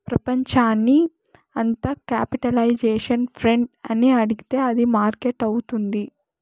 ప్రపంచాన్ని అంత capitalisation friend అని అడిగితే అది మార్కెట్ అవుతుంది